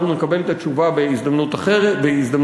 אנחנו נקבל את התשובה בהזדמנות אחרת,